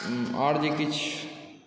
आओर जे किछु